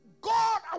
God